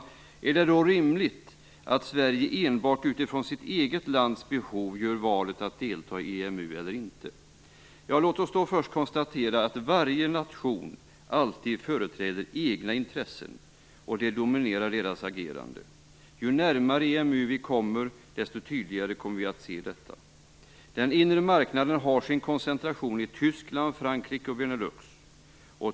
Är det då rimligt att vi i Sverige enbart utifrån vårt eget lands behov gör valet att delta eller inte delta i EMU? Låt oss först konstatera att varje nation alltid företräder egna intressen som dominerar deras agerande. Ju närmare EMU vi kommer desto tydligare blir detta. Den inre marknaden har sin koncentration i Tyskland, Frankrike och Benelux.